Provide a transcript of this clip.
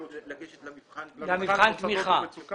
לגשת למבחן התמיכה.